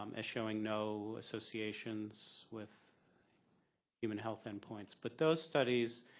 um as showing no associations with human health endpoints. but those studies,